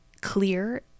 clear